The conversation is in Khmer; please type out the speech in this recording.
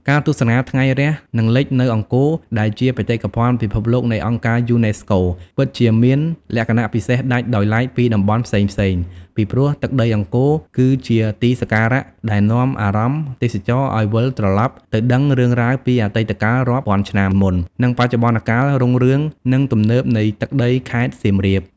ការទស្សនាថ្ងៃរះ និងលិច នៅអង្គរដែលជាបេតិកភណ្ឌពិភពលោកនៃអង្គរការយូណេស្កូ ពិតជាមានលក្ខណៈពិសេសដាច់ដោយឡែកពីតំបន់ផ្សេងៗ ពីព្រោះ ទឹកដីអង្គរ គឺជាទីសក្ការៈដែលនាំអារម្មណ៍ទេសចរឲ្យវិលត្រឡប់ទៅដឹងរឿងរ៉ាវពីអតីតកាលរាប់ពាន់ឆ្នាំមុន និងបច្ចុប្បន្នកាលរុងរឿង និងទំនើបនៃទឹកដីខេត្តសៀមរាប។